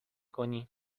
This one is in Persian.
کنی